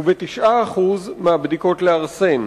וב-9% מהבדיקות לארסן.